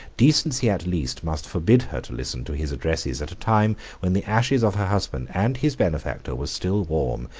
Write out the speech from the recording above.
decency at least must forbid her to listen to his addresses at a time when the ashes of her husband, and his benefactor were still warm,